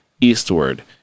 eastward